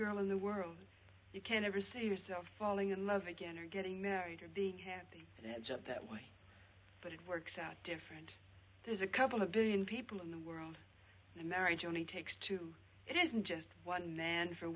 girl in the world you can't ever see yourself falling in love again or getting married or being happy and heads up that way but it works out different there's a couple of billion people in the world and a marriage only takes two it isn't just one man for